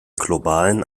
globalen